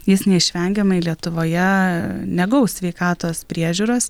jis neišvengiamai lietuvoje negaus sveikatos priežiūros